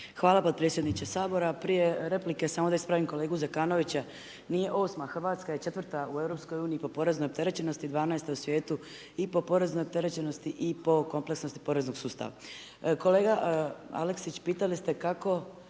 Hvala potpredsjedniče Sabora. Prije replike samo da ispravim kolegu Zekanovića. Nije 8., Hrvatska je 4. u EU-u po poreznoj opterećenosti, 12. u svijetu i po poreznoj opterećenosti i po kompleksnosti poreznog sustava. Kolega Aleksić, pitali ste kako